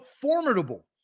formidable